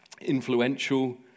influential